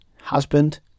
husband